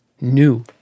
new